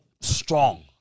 strong